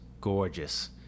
Gorgeous